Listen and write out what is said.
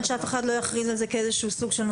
שאף אחד לא יכריז על זה כנושא חדש,